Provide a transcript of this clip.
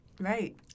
Right